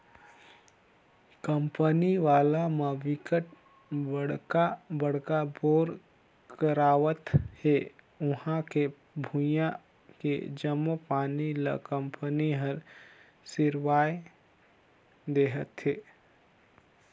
company वाला म बिकट बड़का बड़का बोर करवावत हे उहां के भुइयां के जम्मो पानी ल कंपनी हर सिरवाए देहथे